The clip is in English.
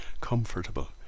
comfortable